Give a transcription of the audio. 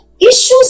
Issues